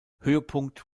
höhepunkt